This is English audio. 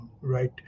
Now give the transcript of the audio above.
right